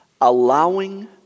allowing